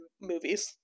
movies